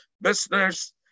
business